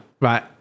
right